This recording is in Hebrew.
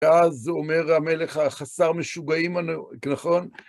ואז אומר המלך החסר משוגעים, נכון?